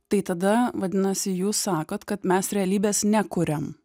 tai tada vadinasi jūs sakot kad mes realybės nekuriam